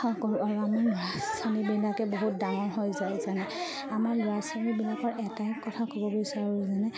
কৰোঁ আৰু আমাৰ ল'ৰা ছোৱালীবিলাকে বহুত ডাঙৰ হৈ যায় যেনে আমাৰ ল'ৰা ছোৱালীবিলাকৰ এটাই কথা ক'ব বিচাৰোঁ যেনে